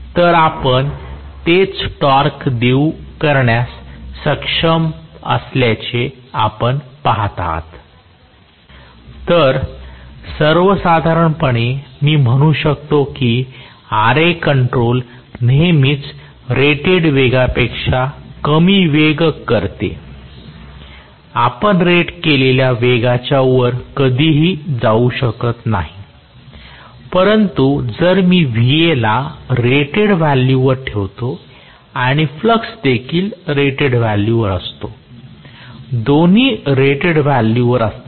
तर आपण तेच टॉर्क देऊ करण्यास सक्षम असल्याचे आपण पहात आहात तर सर्वसाधारणपणे मी म्हणू शकतो की Ra कंट्रोल नेहमीच रेटेड वेगापेक्षा वेग कमी करते आपण रेट केलेल्या वेगाच्या वर कधीही जाऊ शकत नाही परंतु जर मी Va ला रेटेड व्हॅल्यूवर ठेवतो आणि फ्लक्स देखील रेटेड व्हॅल्यूवर असतो दोन्ही रेटेड व्हॅल्यूवर असतात